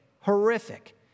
horrific